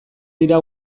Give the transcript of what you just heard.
dira